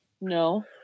No